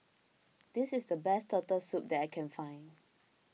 this is the best Turtle Soup that I can find